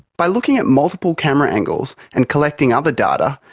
by looking at multiple camera angles and collecting other data,